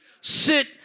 sit